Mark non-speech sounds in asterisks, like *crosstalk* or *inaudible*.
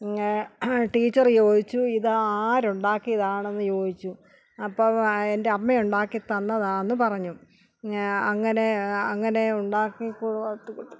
നിങ്ങൾ ടീച്ചറ് ചോദിച്ചു ഇതാര് ഉണ്ടാക്കിയതാണെന്ന് ചോദിച്ചു അപ്പം എൻ്റെ അമ്മയുണ്ടാക്കി തന്നതാണെന്ന് പറഞ്ഞു അങ്ങനെ അങ്ങനെ ഉണ്ടാക്കി *unintelligible*